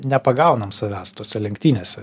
nepagaunam savęs tose lenktynėse